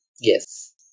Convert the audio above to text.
yes